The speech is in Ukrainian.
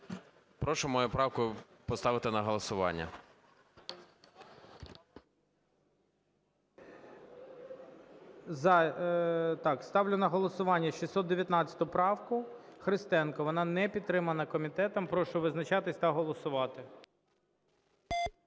Прошу мою правку поставити на голосування. ГОЛОВУЮЧИЙ. Ставлю на голосування 619 правку Христенка. Вона не підтримана комітетом. Прошу визначатись та голосувати.